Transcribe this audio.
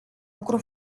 lucru